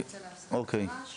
נצא להפסקה,